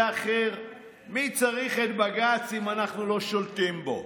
אחר: מי צריך את בג"ץ אם אנחנו לא שולטים בו?